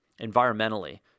environmentally